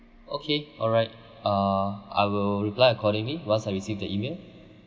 okay alright uh I will reply accordingly once I received the email